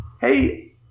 Hey